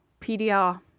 PDR